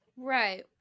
right